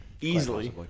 Easily